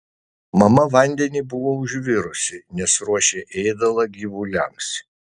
mama vandenį buvo užvirusi nes ruošė ėdalą gyvuliams